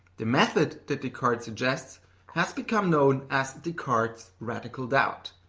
the method that descartes suggests has become known as descartes' radical doubt.